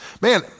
Man